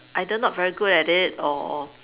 either not very good at it or